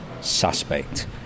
suspect